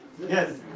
Yes